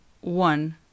one